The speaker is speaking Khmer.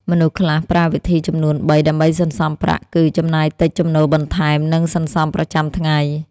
មនុស្សខ្លះប្រើវិធីចំនួនបី ដើម្បីសន្សុំប្រាក់គឺ ចំណាយតិច, ចំណូលបន្ថែម, និងសន្សុំប្រចាំថ្ងៃ។